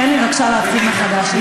תן לי בבקשה להתחיל מחדש.